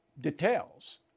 details